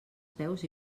peus